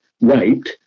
raped